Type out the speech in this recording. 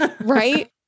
Right